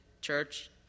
church